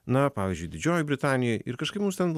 na pavyzdžiui didžiojoj britanijoj ir kažkaip mums ten